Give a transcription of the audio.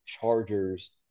Chargers